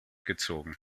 gezogen